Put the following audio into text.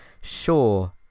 sure